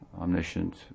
omniscient